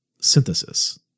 synthesis